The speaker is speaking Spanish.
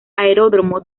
aeródromo